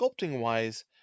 sculpting-wise